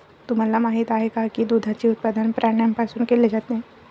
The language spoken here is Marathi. तुम्हाला माहित आहे का की दुधाचे उत्पादन प्राण्यांपासून केले जाते?